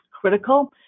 critical